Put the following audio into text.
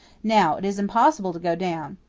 now, it is impossible to go down.